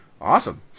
Awesome